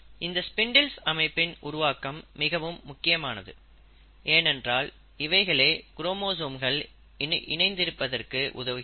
இந்த ஸ்பிண்டில்ஸ் அமைப்பின் உருவாக்கம் மிகவும் முக்கியமானது ஏனென்றால் இவைகளே குரோமோசோம்கள் இணைந்திருப்பதற்கு உதவுகிறது